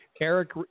Eric